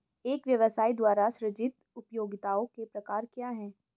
एक व्यवसाय द्वारा सृजित उपयोगिताओं के प्रकार क्या हैं?